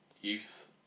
youth